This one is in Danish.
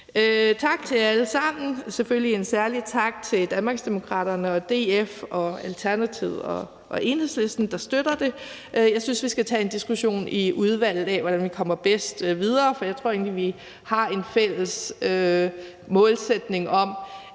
Tak til jer alle sammen, og selvfølgelig en særlig tak til Danmarksdemokraterne, DF, Alternativet og Enhedslisten, der støtter det. Jeg synes, vi skal tage en diskussion i udvalget af, hvordan vi bedst kommer videre, for jeg tror egentlig, vi har en fælles målsætning om,